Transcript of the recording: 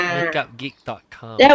MakeupGeek.com